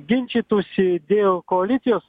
ginčytųsi dėl koalicijos